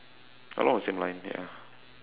along the same line ya